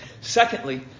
Secondly